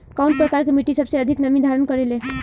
कउन प्रकार के मिट्टी सबसे अधिक नमी धारण करे ले?